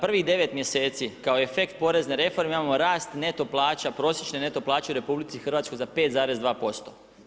Prvih devet mjeseci kao efekt porezne reforme imamo rast neto plaća, prosječne neto plaće u RH za 5,2%